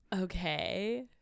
Okay